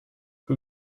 who